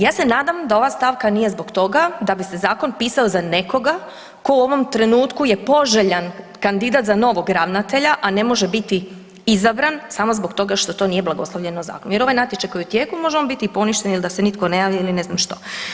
Ja se nadam da ova stavka nije zbog toga da bi se zakon pisao za nekoga tko u ovom trenutku je poželjan kandidat za novog ravnatelja, a ne može biti izabran samo zbog toga što to nije blagoslovljeno zakonom jer ovaj natječaj koji je u tijeku može on biti i poništen ili da se nitko ne javlja ili ne znam što.